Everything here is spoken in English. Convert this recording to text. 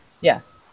Yes